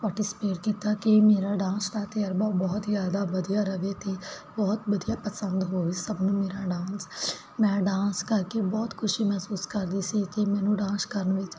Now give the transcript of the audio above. participate ਕੀਤਾ ਤੇ ਮੇਰਾ ਡਾਂਸ ਦਾ ਤਜਰਬਾ ਬਹੁਤ ਹੀ ਜਿਆਦਾ ਵਧੀਆ ਰਵੇ ਤੇ ਬਹੁਤ ਵਧੀਆ ਪਸੰਦ ਹੋਵੇ ਸਭ ਨੂੰ ਮੇਰਾ ਡਾਂਸ ਮੈਂ ਡਾਂਸ ਕਰਕੇ ਬਹੁਤ ਖੁਸ਼ੀ ਮਹਿਸੂਸ ਕਰਦੀ ਸੀ ਕਿ ਮੈਨੂੰ ਡਾਂਸ ਕਰਨ ਵਿੱਚ